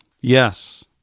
Yes